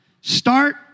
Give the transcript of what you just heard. start